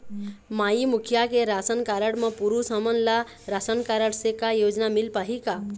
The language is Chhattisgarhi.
माई मुखिया के राशन कारड म पुरुष हमन ला रासनकारड से का योजना मिल पाही का?